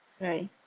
Right